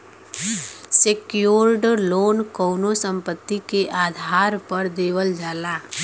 secured loan कउनो संपत्ति के आधार पर देवल जाला